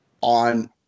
on